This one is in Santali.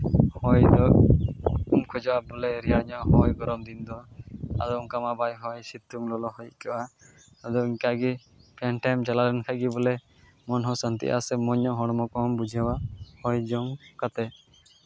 ᱦᱚᱭ ᱫᱚ ᱵᱚᱞᱮ ᱠᱷᱚᱡᱚᱜᱼᱟ ᱨᱮᱭᱟᱲ ᱧᱚᱜ ᱦᱚᱭ ᱜᱚᱨᱚᱢ ᱫᱤᱱ ᱫᱚ ᱟᱨ ᱚᱱᱠᱟ ᱢᱟ ᱵᱟᱭ ᱦᱚᱭ ᱥᱤᱛᱩᱝ ᱞᱚᱞᱚ ᱦᱚᱭ ᱟᱹᱭᱠᱟᱹᱜᱼᱟ ᱟᱫᱚ ᱤᱱᱠᱟᱜᱮ ᱯᱷᱮᱱ ᱴᱷᱮᱱ ᱪᱟᱞᱟᱣ ᱞᱮᱱᱠᱷᱟᱡ ᱜᱮ ᱵᱚᱞᱮ ᱢᱚᱱ ᱦᱚᱸ ᱥᱟᱹᱱᱛᱤᱜ ᱟᱥᱮ ᱢᱚᱡᱽ ᱧᱚᱜ ᱦᱚᱲᱢᱚ ᱠᱚᱦᱚᱸᱢ ᱵᱩᱡᱷᱟᱹᱣᱟ ᱦᱚᱭ ᱡᱚᱢ ᱠᱟᱛᱮᱫ